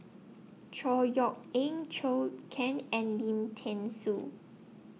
Chor Yeok Eng Chou Can and Lim Thean Soo